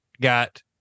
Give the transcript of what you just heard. got